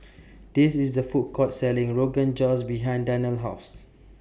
There IS A Food Court Selling Rogan Josh behind Darnell's House